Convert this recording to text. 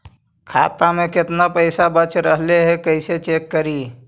खाता में केतना पैसा बच रहले हे कैसे चेक करी?